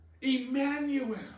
Emmanuel